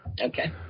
Okay